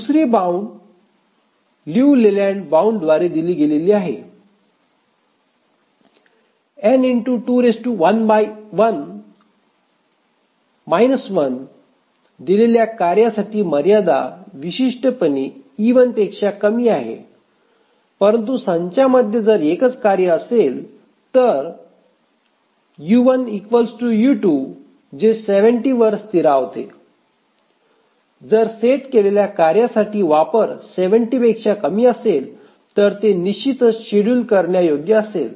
दुसरी bound Liu Layland bound द्वारे दिलेली आहे दिलेल्या कार्यासाठी मर्यादा विशिष्टपणे e1 पेक्षा कमी आहे परंतु संचामध्ये जर एकच कार्य असेल तर u1 u2 जे 70 वर स्थिरावते जर सेट केलेल्या कार्यासाठी वापर 70 पेक्षा कमी असेल तर ते निश्चितच शेड्युल करण्या योग्य असेल